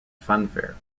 funfair